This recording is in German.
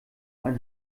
ein